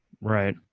Right